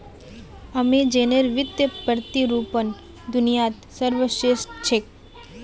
अमेज़नेर वित्तीय प्रतिरूपण दुनियात सर्वश्रेष्ठ छेक